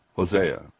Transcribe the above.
Hosea